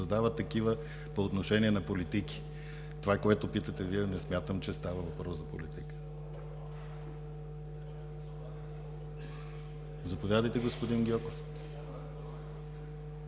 задават такива по отношение на политики. Това, което питате Вие – не смятам, че става въпрос за политика. Заповядайте, господин Гьоков